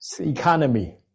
economy